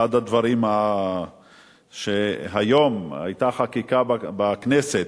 אחד הדברים שהיום היתה לגביו חקיקה בכנסת,